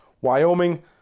Wyoming